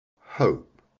Hope